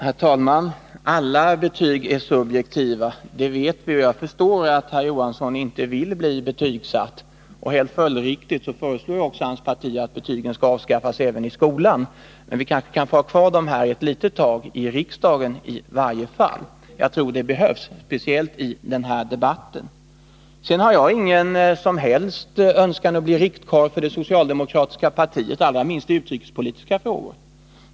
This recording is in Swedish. Herr talman! Alla betyg är subjektiva, det vet vi ju. Jag förstår att Hilding Johansson inte vill bli betygsatt. Helt följdriktigt föreslår också hans parti att betygen skall avskaffas även i skolan, men vi kanske kan få ha dem kvar ett litet tag i riksdagen i varje fall, Jag tror de behövs, speciellt i den här debatten. Jag har ingen som helst önskan att bli riktkarl för det socialdemokratiska partiet, allra minst i utrikespolitiska frågor.